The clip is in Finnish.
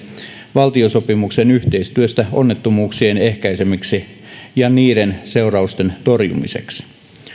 valtiosopimukseen yhteistyöstä onnettomuuksien ehkäisemiseksi ja niiden seurausten torjumiseksi